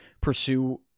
pursue